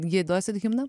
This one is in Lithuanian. jai duosit himną